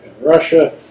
Russia